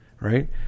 Right